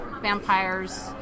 vampires